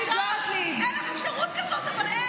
אבל אין לך אפשרות כזאת, אבל אין.